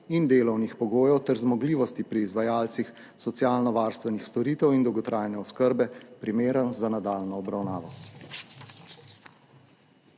in delovnih pogojev ter zmogljivosti pri izvajalcih socialnovarstvenih storitev in dolgotrajne oskrbe primeren za nadaljnjo obravnavo.